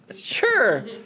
Sure